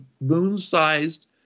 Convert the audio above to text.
moon-sized